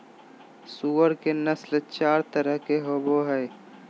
सूअर के नस्ल चार तरह के होवो हइ